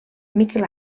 miquel